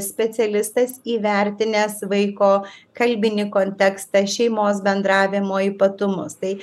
specialistas įvertinęs vaiko kalbinį kontekstą šeimos bendravimo ypatumus tai